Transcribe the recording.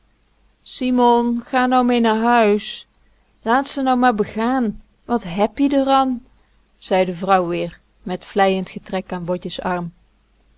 simon ga nou mee naar huis laat ze nou maar begaan wat heb ie d'r an zei de vrouw weer met vleiend getrek aan botjes arm